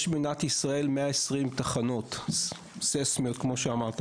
יש במדינת ישראל 120 תחנות סיסמיות, כמו שאמרת.